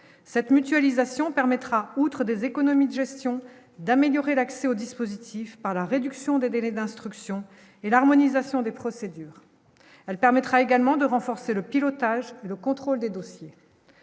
cette mutualisation permettra, outre des économies de gestion, d'améliorer l'accès aux dispositifs par la réduction des délais d'instruction et l'harmonisation des procédures, elle permettra également de renforcer le pilotage et le contrôle des dossiers.